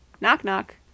Knock-knock